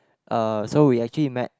uh so we actually met